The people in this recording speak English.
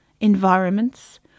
environments